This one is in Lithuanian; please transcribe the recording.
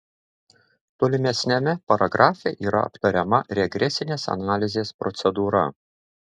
tolimesniame paragrafe yra aptariama regresinės analizės procedūra